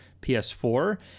PS4